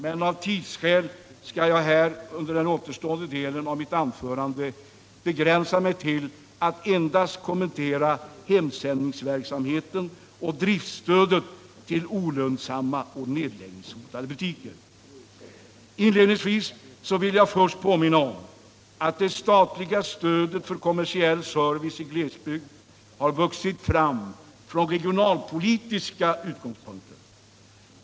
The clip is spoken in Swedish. Men av tidsskäl skall jag under den återstående delen av mitt anförande begränsa mig till att endast kommentera hemsändningsverksamheten och driftstödet till olönsamma och nedläggningshotade butiker. Inledningsvis vill jag påminna om att det statliga stödet för kommersiell service i glesbygd har vuxit fram från regionalpolitiska utgångspunkter.